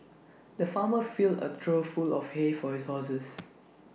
the farmer filled A trough full of hay for his horses